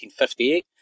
1958